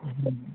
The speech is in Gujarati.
હા